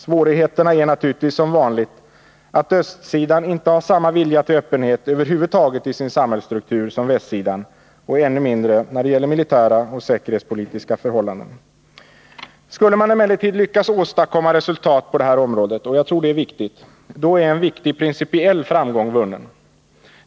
Svårigheten är naturligtvis, som vanligt, att östsidan i sin samhällsstruktur inte har samma vilja till öppenhet över huvud taget som västsidan och än mindre när det gäller militära och säkerhetspolitiska förhållanden. Skulle man emellertid lyckas åstadkomma resultat på detta område, vilket är angeläget, är en viktig principiell framgång vunnen.